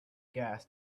gas